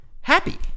happy